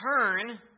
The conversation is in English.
turn